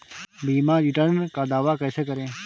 बीमा रिटर्न का दावा कैसे करें?